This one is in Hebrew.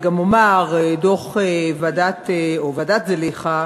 ועדת זליכה